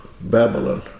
Babylon